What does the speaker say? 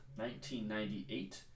1998